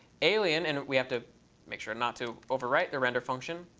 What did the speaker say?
alien and we have to make sure not to overwrite the render function.